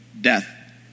death